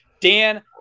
Dan